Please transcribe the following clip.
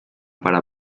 para